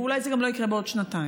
ואולי זה גם לא יקרה בעוד שנתיים.